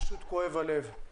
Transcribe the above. פשוט כואב הלב.